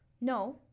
No